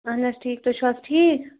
اَہَن حظ ٹھیٖک تُہۍ چھُو حظ ٹھیٖک